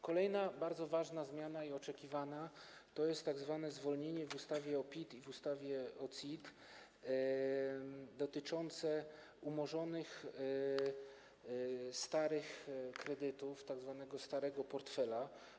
Kolejna bardzo ważna i oczekiwana zmiana to jest tzw. zwolnienie w ustawie o PIT i w ustawie o CIT dotyczące umorzonych starych kredytów, tzw. starego portfela.